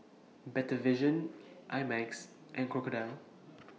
Better Vision I Max and Crocodile